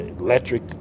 electric